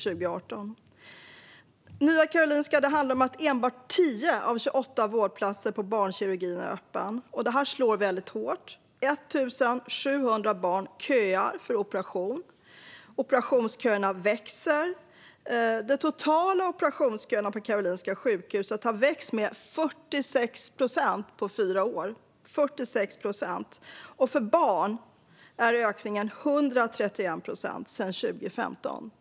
På Nya Karolinska är endast 10 av 28 vårdplatser på barnkirurgin öppna. Det slår väldigt hårt: 1 700 barn köar för operation, och operationsköerna växer. De totala operationsköerna på Karolinska sjukhuset har vuxit med 46 procent på fyra år, och för barn är ökningen 131 procent sedan 2015.